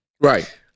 Right